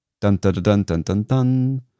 Dun-dun-dun-dun-dun-dun